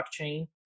blockchain